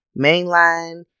Mainline